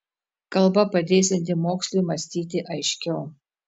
kalba padėsianti mokslui mąstyti aiškiau